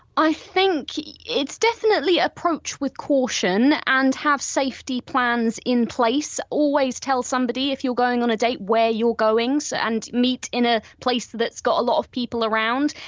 think it's definitely approach with caution and have safety plans in place always tell somebody if you're going on a date where you're going so and meet in a place that's got a lot of people around.